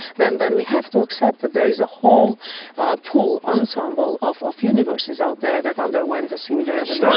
then then we have to accept that there is a whole pool ensemble of of universes out there that underwent a similar evolution as ours.